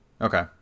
Okay